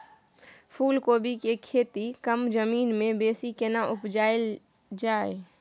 फूलकोबी के खेती कम जमीन मे बेसी केना उपजायल जाय?